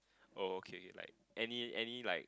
oh okay like any any like